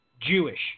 Jewish